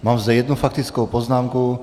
Mám zde jednu faktickou poznámku.